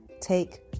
Take